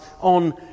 on